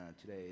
Today